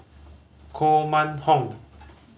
Koh Mun Hong